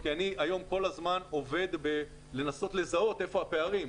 אני היום כל הזמן עובד בניסיון לזהות היכן הפערים.